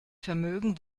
vermögen